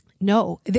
No